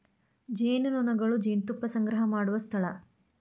ಜೇನುನೊಣಗಳು ಜೇನುತುಪ್ಪಾ ಸಂಗ್ರಹಾ ಮಾಡು ಸ್ಥಳಾ